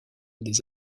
des